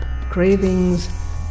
cravings